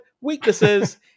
Weaknesses